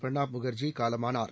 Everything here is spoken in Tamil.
பிரணாப் முகர்ஜி காலமானார்